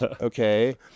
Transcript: okay